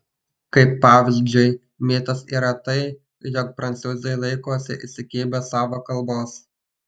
kaip pavyzdžiui mitas yra tai jog prancūzai laikosi įsikibę savo kalbos